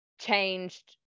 changed